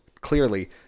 clearly